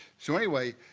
so, anyway,